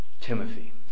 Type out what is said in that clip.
Timothy